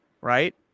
Right